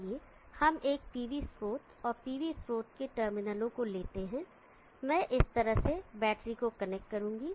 आइए हम एक pv स्रोत और pv स्रोत के टर्मिनलों को लेते हैं मैं इस तरह से बैटरी कनेक्ट करूंगा